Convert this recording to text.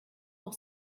noch